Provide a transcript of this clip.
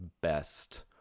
best